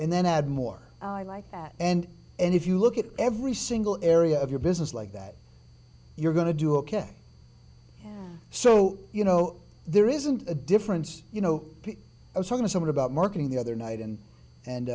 and then add more like that and and if you look at every single area of your business like that you're going to do ok so you know there isn't a difference you know i was talking to someone about marketing the other night and and